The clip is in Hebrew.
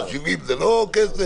האם 70 ו-60 זה לא כסף?